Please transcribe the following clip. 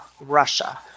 Russia